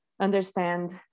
understand